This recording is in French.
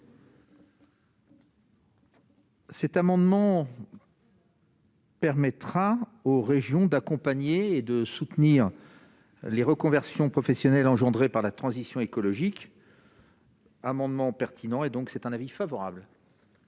Cet amendement. Permettra aux régions d'accompagner et de soutenir les reconversions professionnelles engendrées par la transition écologique. Amendement pertinent et donc c'est un avis favorable.